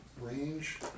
Range